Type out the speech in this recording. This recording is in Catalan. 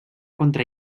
contra